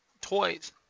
toys